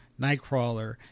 nightcrawler